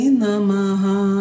namaha